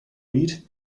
reid